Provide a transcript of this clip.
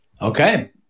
Okay